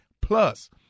plus